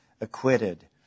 acquitted